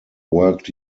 worked